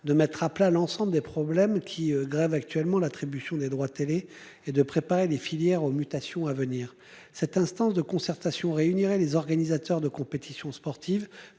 de mettre à plat l'ensemble des problèmes qui grève actuellement l'attribution des droits télé et de préparer les filières aux mutations à venir, cette instance de concertation réunirait les organisateurs de compétitions sportives